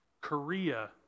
Korea